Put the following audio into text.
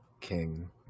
king